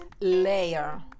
layer